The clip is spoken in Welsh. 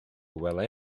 welai